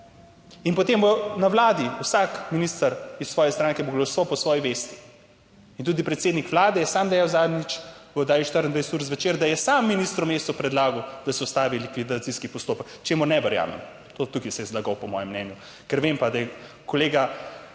in potem bo na Vladi vsak minister iz svoje stranke glasoval po svoji vesti. Tudi predsednik Vlade je sam dejal zadnjič v oddaji 24UR ZVEČER, da je sam ministru Mescu predlagal, da se ustavi likvidacijski postopek. Čemur ne verjamem, tukaj se je zlagal po mojem mnenju. Ker vem pa, da je kolega